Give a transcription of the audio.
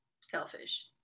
selfish